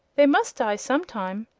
they must die some time.